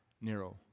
Nero